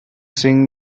sing